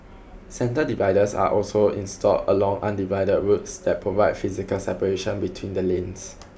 centre dividers are also installed along undivided roads that provide physical separation between the lanes